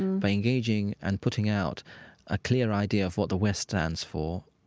by engaging and putting out a clear idea of what the west stands for.